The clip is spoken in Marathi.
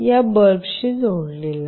या बल्बशी जोडलेले